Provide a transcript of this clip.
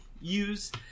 use